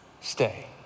stay